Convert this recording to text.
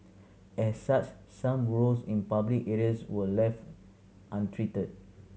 as such some burrows in public areas were left untreated